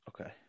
Okay